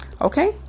Okay